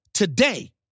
Today